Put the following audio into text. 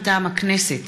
מטעם הכנסת: